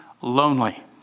lonely